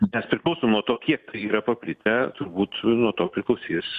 nes priklauso nuo to kiek tai yra paplitę turbūt nuo to priklausys